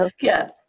Yes